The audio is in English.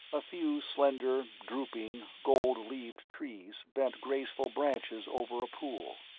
a few slender, drooping, gold-leaved trees bent graceful branches over a pool.